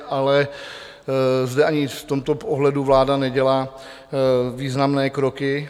Ale zde, ani v tomto ohledu, vláda nedělá významné kroky.